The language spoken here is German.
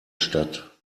stadt